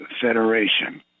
Federation